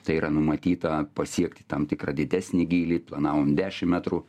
tai yra numatyta pasiekti tam tikrą didesnį gylį planavom dešim metrų